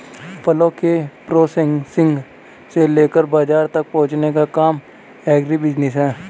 फलों के प्रोसेसिंग से लेकर बाजार तक पहुंचने का काम एग्रीबिजनेस है